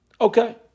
Okay